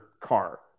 car